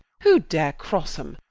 who dare crosse em,